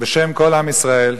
בשם כל עם ישראל,